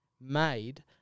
made